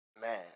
Man